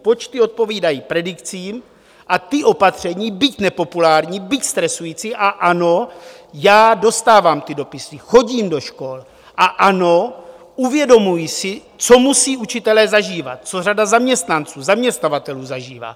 Počty odpovídají predikcím, a ta opatření, byť nepopulární, byť stresující, a ano, já dostávám ty dopisy, chodím do škol, a ano, uvědomuji si, co musí učitelé zažívat, co řada zaměstnanců, zaměstnavatelů zažívá.